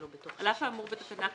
על אף האמור בתקנה 5(1),